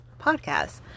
podcast